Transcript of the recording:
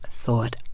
thought